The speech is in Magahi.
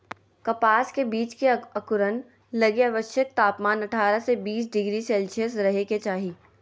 कपास के बीज के अंकुरण लगी आवश्यक तापमान अठारह से बीस डिग्री सेल्शियस रहे के चाही